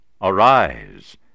arise